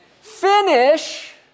Finish